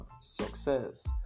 success